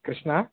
Krishna